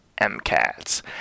MCATs